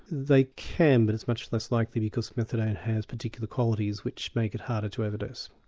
they can but it's much less likely because methadone has particular qualities which make it harder to overdose.